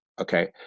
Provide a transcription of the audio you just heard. okay